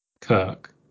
Kirk